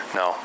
no